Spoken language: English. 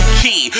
key